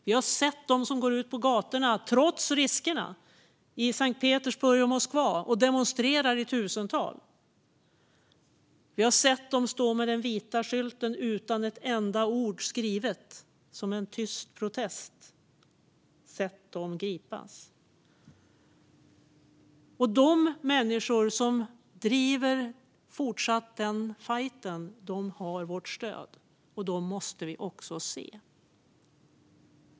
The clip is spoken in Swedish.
Vi har sett dem som trots riskerna går ut på gatorna i Sankt Petersburg och Moskva och demonstrerar i tusental. Vi har sett dem stå med en vit skylt utan ett enda ord skrivet som en tyst protest. Vi har sett dem gripas. De människor som fortsätter driva den fajten har vårt stöd, och dem måste vi också se.